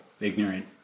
Ignorant